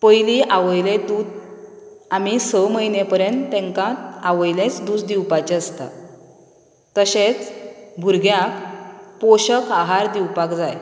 पयले आवयले दूद आनी स म्हयने पर्यंत तांकां आवयलेच दूद दिवपाचे आसता तशेंच भुरग्यांक पोशक आहार दिवपाक जाय